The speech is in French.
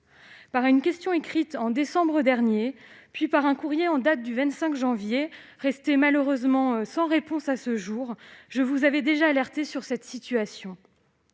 Par une question écrite en décembre dernier, puis par un courrier en date du 25 janvier, resté malheureusement sans réponse à ce jour, j'avais déjà alerté le Gouvernement sur cette situation.